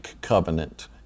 covenant